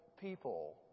people